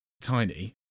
tiny